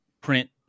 print